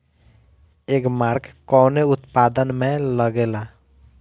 एगमार्क कवने उत्पाद मैं लगेला?